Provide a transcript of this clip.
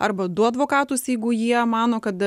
arba du advokatus jeigu jie mano kad